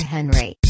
Henry